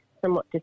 somewhat